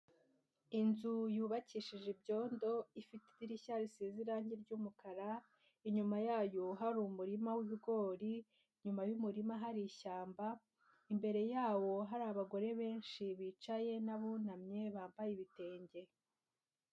Inzu yubakishije ibyondo, ifite idirishya risize irangi ry'umukara, inyuma yayo hari umurima w'ibigori, inyuma y'umurima hari ishyamba, imbere yawo hari abagore benshi bicaye n'abunamye, bambaye ibitenge.